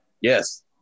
Yes